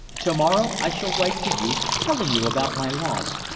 to-morrow i shall write to you telling you about my loss,